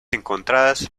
encontradas